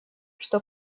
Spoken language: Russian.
что